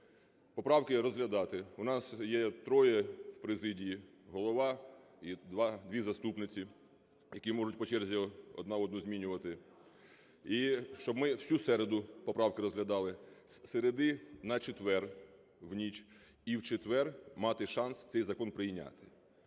поправки розглядати. У нас є троє в президії: Голова і дві заступниці, які можуть по черзі одна одну змінювати, і, щоб ми всю середу поправки розглядали, з середи на четвер в ніч, і в четвер мати шанс цей закон прийняти.